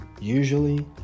usually